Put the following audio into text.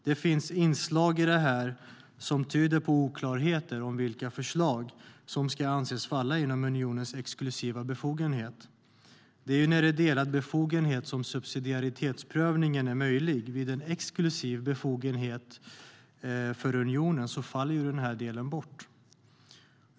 Det finns inslag i detta som tyder på oklarheter när det gäller vilka förslag som ska anses falla inom unionens exklusiva befogenhet. Det är när det är delad befogenhet som subsidiaritetsprövningen är möjlig - vid en exklusiv befogenhet för unionen faller ju den delen bort.